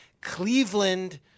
Cleveland